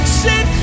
sit